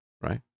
right